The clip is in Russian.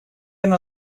она